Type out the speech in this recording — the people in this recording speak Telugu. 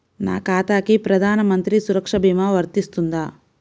నా ఖాతాకి ప్రధాన మంత్రి సురక్ష భీమా వర్తిస్తుందా?